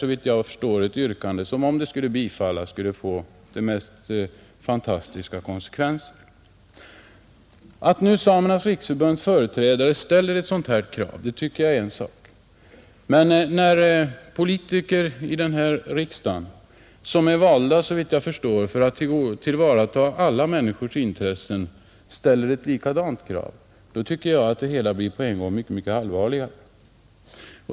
Såvitt jag förstår är det ett yrkande, som om det skulle bifallas, skulle få de mest fantastiska konsekvenser. Att Samernas riksförbunds företrädare nu ställer ett sådant här krav tycker jag är en sak, men när politiker i denna riksdag, som är valda, såvitt jag förstår, för att tillvarata alla människors intressen, ställer ett liknande krav, tycker jag att det hela på en gång blir mycket allvarligare.